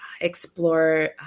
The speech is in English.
explore